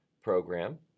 program